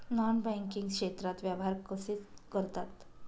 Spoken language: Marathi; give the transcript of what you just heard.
नॉन बँकिंग क्षेत्रात व्यवहार कसे करतात?